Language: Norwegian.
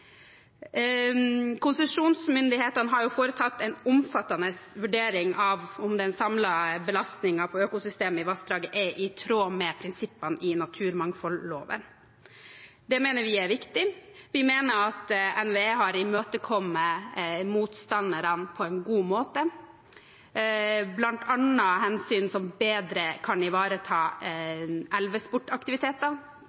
Konsesjonsmyndighetene har foretatt en omfattende vurdering av om den samlede belastningen på økosystemet i vassdraget er i tråd med prinsippene i naturmangfoldloven. Det mener vi er viktig. Vi mener at NVE har imøtekommet motstanderne på en god måte, bl.a. sett på hensyn som bedre kan ivareta